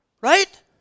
right